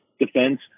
defense